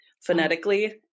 phonetically